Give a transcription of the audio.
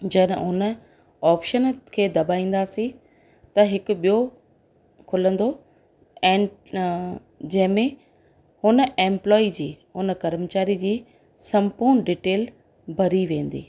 जर उन ऑप्शन खे दॿाईंदासीं त हिकु ॿियो खुलंदो ऐन जंहिंमें हुन एम्पलॉए जी उन कर्मचारी जी सम्पूर्ण डिटेल भरी वेंदी